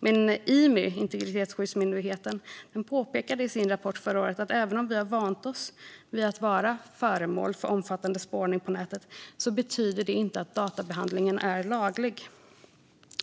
Men Imy, Integritetsskyddsmyndigheten, påpekade i sin rapport förra året att även om vi har vant oss vid att vara föremål för omfattande spårning på nätet betyder inte det att databehandlingen är laglig.